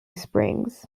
springs